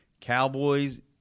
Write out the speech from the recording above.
Cowboys